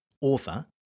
author